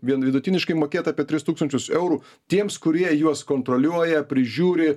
vien vidutiniškai mokėt apie tris tūkstančius eurų tiems kurie juos kontroliuoja prižiūri